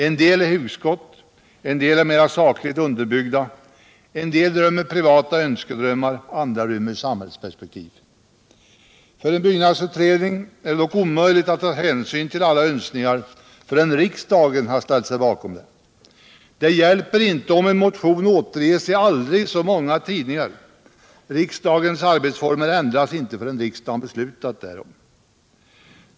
En del är hugskott, en del är mera sakligt underbyggda, en del rymmer privata önskedrömmar, andra rymmer samhällsperspektiv. För en byggnadsutredning är det dock omöjligt att ta hänsyn till alla önskningar förrän riksdagen har ställt sig bakom dem. Det hjälper inte om en motion återges i aldrig så många tidningar — riksdagens arbetsformer ändras inte förrän riksdagen beslutat därom.